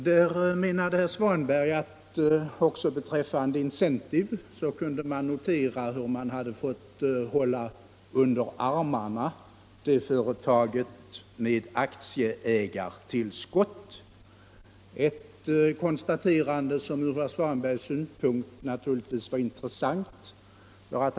Herr Svanberg menade att man också beträffande Incentive kunde notera hur det företaget hade fått hållas under armarna med aktieägartillskott. Ur herr Svanbergs synpunkt var ett sådant konstaterande intressant.